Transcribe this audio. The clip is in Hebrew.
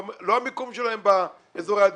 לא המיקום שלהם באזורי עדיפות,